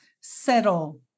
settle